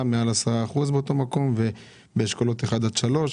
מעל 10 אחוזים באותו מקום ובאשכולות 1 עד 3,